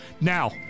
Now